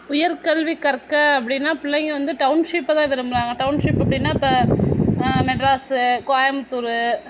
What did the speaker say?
உயர்கல்வி கற்க அப்படின்னா பிள்ளைங்கள் வந்து டவுன்ஷிப்பை தான் விரும்புகிறாங்க டவுன்ஷிப் அப்படின்னா இப்போ மெட்ராஸு கோயமுத்தூர்